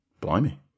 blimey